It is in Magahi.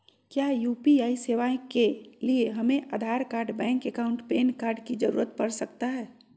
क्या यू.पी.आई सेवाएं के लिए हमें Aadhaar card bank account PAN card की जरूरत पड़ सकता है?